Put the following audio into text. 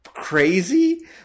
crazy